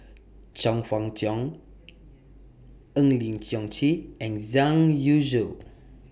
Chong Fah Cheong Eng Lee Seok Chee and Zhang Youshuo